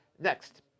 Next